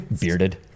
Bearded